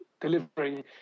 delivering